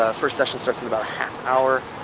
first session starts in about half hour.